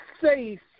safe